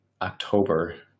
October